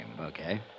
Okay